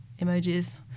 emojis